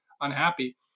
unhappy